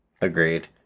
Agreed